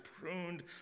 pruned